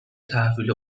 تحویل